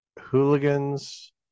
hooligans